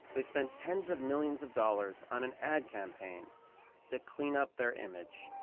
they spent tens of millions of dollars on an ad campaign to clean up their image.